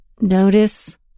notice